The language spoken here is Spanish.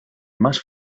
más